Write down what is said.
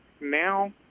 Now